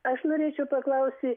aš norėčiau paklausi